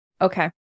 Okay